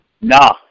No